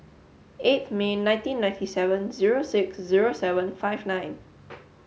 eighth May nineteen ninety seven zero six zero seven five nine